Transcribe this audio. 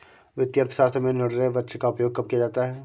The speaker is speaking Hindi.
वित्तीय अर्थशास्त्र में निर्णय वृक्ष का उपयोग कब किया जाता है?